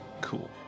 Cool